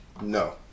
No